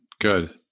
Good